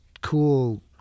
cool